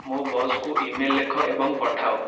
ମୋ ବସ୍କୁ ଇମେଲ୍ ଲେଖ ଏବଂ ପଠାଅ